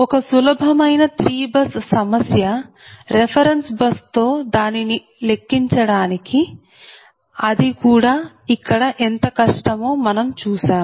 ఒక సులభమైన 3 బస్ సమస్య రెఫెరెన్స్ బస్ తో దానికి లెక్కించండి అది ఇక్కడ కూడా ఎంత కష్టమో మనం చూశాం